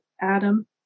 Adam